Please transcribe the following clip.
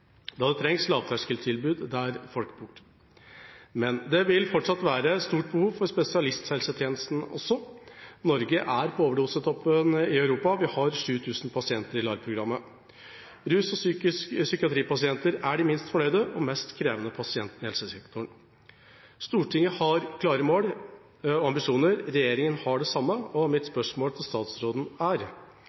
da det trengs lavterskeltilbud der folk bor. Men det vil fortsatt være stort behov for spesialisthelsetjenesten også. Norge er på overdosetoppen i Europa, vi har 7 000 pasienter i LAR-programmet. Rus- og psykiatripasienter er de minst fornøyde og mest krevende pasientene i helsesektoren. Stortinget har klare mål og ambisjoner, regjeringa har det samme, og mitt spørsmål til statsråden er: